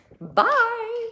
Bye